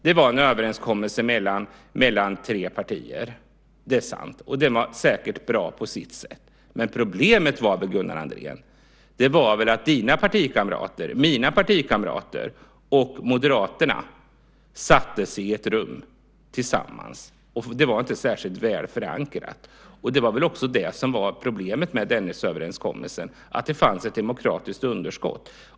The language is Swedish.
Det var en överenskommelse mellan tre partier, det är sant, och den var säkert bra på sitt sätt. Men problemet var, Gunnar Andrén, att dina partikamrater, mina partikamrater och Moderaterna satte sig i ett rum tillsammans och förhandlade, och det var inte särskilt väl förankrat. Problemet med Dennisöverenskommelsen var väl just att där fanns ett demokratiskt underskott.